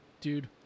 Dude